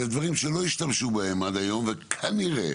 אלה דברים שלא השתמשו בהם עד היום, וכנראה